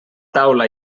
taula